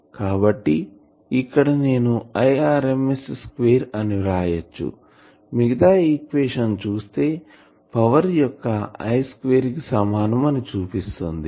కాబట్టి ఇక్కడ నేను Irms స్క్వేర్ అని వ్రాయచ్చు మిగతా ఈక్వషన్ చూస్తే పవర్ యొక్క I 2 కి సమానం అని చూపిస్తుంది